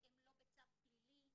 הן לא בצו פלילי,